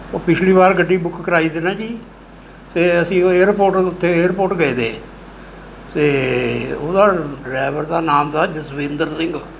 ਓ ਪਿਛਲੀ ਵਾਰ ਗੱਡੀ ਬੁੱਕ ਕਰਾਈ ਤੀ ਨਾ ਜੀ ਅਤੇ ਅਸੀਂ ਏਅਰਪੋਰਟ ਨੂੰ ਉੱਥੇ ਏਅਰਪੋਰਟ ਗਏ ਤੇ ਅਤੇ ਉਹਦਾ ਡਰਾਈਵਰ ਦਾ ਨਾਮ ਤਾ ਜਸਵਿੰਦਰ ਸਿੰਘ